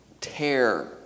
tear